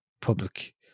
public